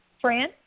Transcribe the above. Fran